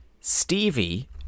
Stevie